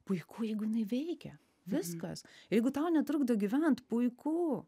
puiku jeigu jinai veikia viskas jeigu tau netrukdo gyvent puiku